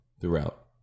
throughout